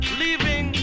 leaving